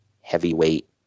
Heavyweight